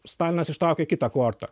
stalinas ištraukė kitą kortą